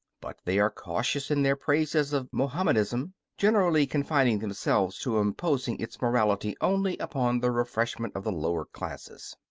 but they are cautious in their praises of mahommedanism, generally confining themselves to imposing its morality only upon the refreshment of the lower classes.